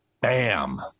bam